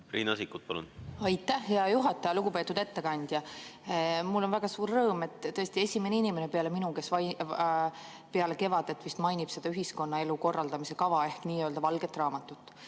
Riina Sikkut, palun! Aitäh, hea juhataja! Lugupeetud ettekandja! Mul on väga suur rõõm, et te olete vist esimene inimene peale minu, kes pärast kevadet mainib seda ühiskonnaelu korraldamise kava ehk nii-öelda valget raamatut.